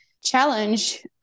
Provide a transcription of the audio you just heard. challenge